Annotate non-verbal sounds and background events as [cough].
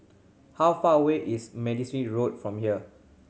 how far away is [unintelligible] Road from here